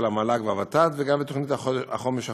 המל"ג והוות"ת וגם בתוכנית החומש החדשה.